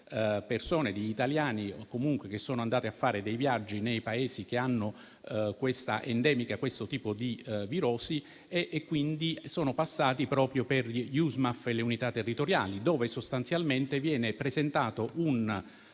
tratta di persone che sono andate a fare viaggi nei Paesi che hanno questo tipo di virosi, quindi sono passati proprio per gli USMAF e le unità territoriali, dove sostanzialmente viene presentato un